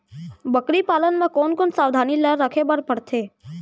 बकरी पालन म कोन कोन सावधानी ल रखे बर पढ़थे?